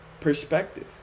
perspective